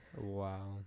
Wow